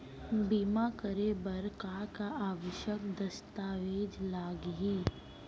बीमा करे बर का का आवश्यक दस्तावेज लागही